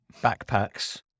backpacks